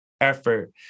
effort